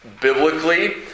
biblically